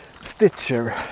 Stitcher